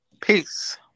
Peace